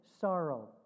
sorrow